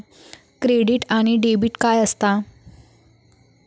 Credit आणि debit काय असता?